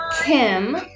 Kim